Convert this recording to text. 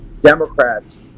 Democrats